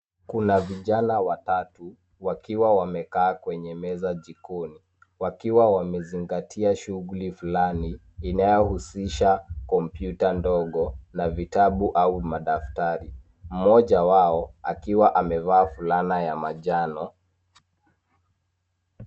Kuna vijana watatu wakiwa wamekaa kwenye meza jikoni. Wakiwa wamezingatia shughuli fulani inayohusisha kompyuta ndogo na vitabu au madaftari. Mmoja wao akiwa amevaa fulana ya manjano.